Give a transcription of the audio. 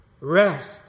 rest